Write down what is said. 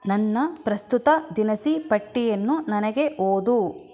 ನನ್ನ ಪ್ರಸ್ತುತ ದಿನಸಿ ಪಟ್ಟಿಯನ್ನು ನನಗೆ ಓದು